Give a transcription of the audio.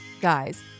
guys